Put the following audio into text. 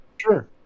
Sure